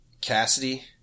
Cassidy